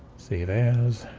save as.